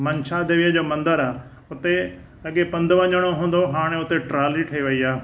मंसा देवीअ जो मंदरु आहे उते अॻे पंधु वञणो हूंदो हाणे हुते ट्रॉली ठही वई आहे